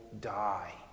die